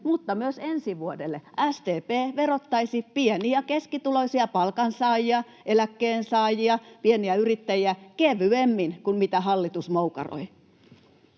mutta myös ensi vuodelle, SDP verottaisi pieni- ja keskituloisia palkansaajia, eläkkeensaajia, pieniä yrittäjiä kevyemmin kuin mitä hallitus moukaroi.